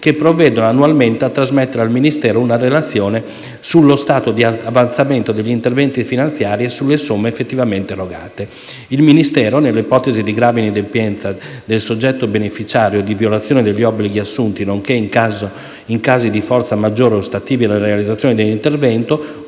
che provvedono annualmente a trasmettere al Ministero una relazione sullo stato di avanzamento degli interventi finanziati e sulle somme effettivamente erogate. Il Ministero, nell'ipotesi di grave inadempienza del soggetto beneficiario e di violazione degli obblighi assunti, nonché in casi di forza maggiore o ostativi la realizzazione dell'intervento,